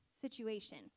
situation